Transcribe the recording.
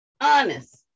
honest